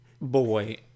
boy